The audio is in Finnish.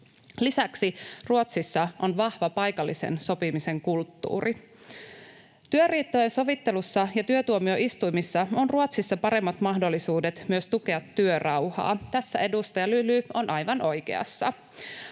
Lisäksi Ruotsissa on vahva paikallisen sopimisen kulttuuri. Työriitojen sovittelussa ja työtuomioistuimissa on Ruotsissa paremmat mahdollisuudet myös tukea työrauhaa — tässä edustaja Lyly on aivan oikeassa.